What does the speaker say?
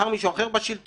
מחר מישהו אחר בשלטון,